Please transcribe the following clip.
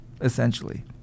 essentially